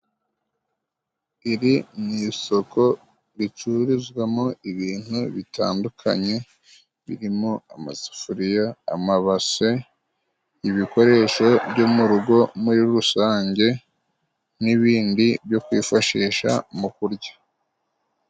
Iri ni isoko ricuruzwamo ibintu bitandukanye birimo amasafuriya, amabase ibikoresho byo murugo muri rusange, n'ibindi byo kwifashisha mukurya.